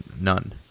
none